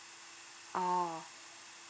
oh